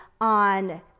on